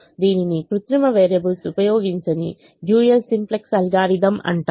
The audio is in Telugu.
దీనిని కృత్రిమ వేరియబుల్స్ ఉపయోగించని డ్యూయల్ సింప్లెక్స్ అల్గోరిథం అంటారు